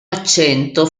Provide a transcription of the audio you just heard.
accento